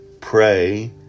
Pray